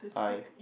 I